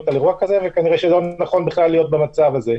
על אירוע כזה ולא נכון להיות במצב הזה.